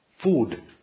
food